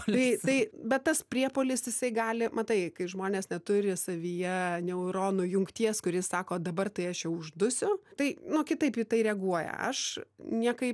tai tai bet tas priepuolis jisai gali matai kai žmonės neturi savyje neuronų jungties kuri sako dabar tai aš čia uždusiu tai nu kitaip į tai reaguoja aš niekaip